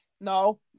No